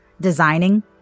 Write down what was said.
designing